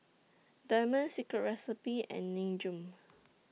Diamond Secret Recipe and Nin Jiom